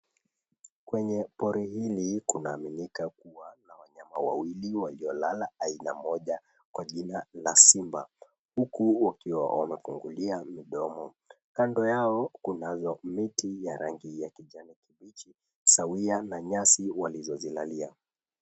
Kwenye pori hili kunaaminika kuwa na wanyama wawili waliolala aina moja kwa jina la simba, huku wakiwa wanafungulia midomo. Kando yao kunazo miti ya rangi ya kijani kibichi sawia na nyasi walizozilalia.